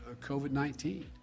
COVID-19